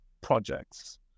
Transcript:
projects